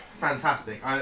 fantastic